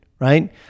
right